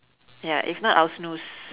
ya if not I'll snooze